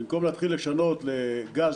במקום להתחיל לשנות ל"גז,